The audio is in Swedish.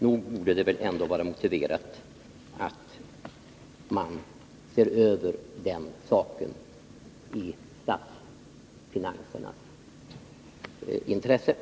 Nog borde det vara motiverat att i statsfinansernas intresse se över de förhållandena.